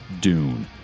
Dune